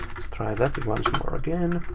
try that that once more again.